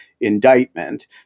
indictment